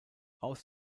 aus